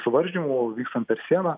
suvaržymų vykstant per sieną